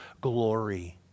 glory